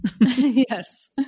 Yes